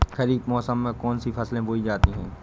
खरीफ मौसम में कौन कौन सी फसलें बोई जाती हैं?